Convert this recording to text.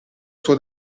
suo